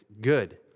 good